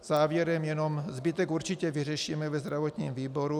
Závěrem zbytek určitě vyřešíme ve zdravotním výboru.